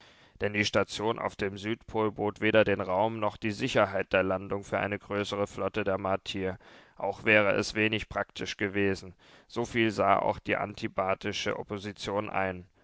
denn die station auf dem südpol bot weder den raum noch die sicherheit der landung für eine größere flotte der martier auch wäre es wenig praktisch gewesen soviel sah auch die